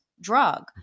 drug